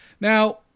Now